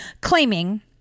claiming